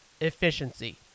efficiency